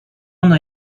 ona